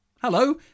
Hello